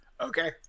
Okay